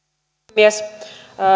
puhemies